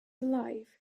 alive